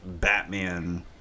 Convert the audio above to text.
Batman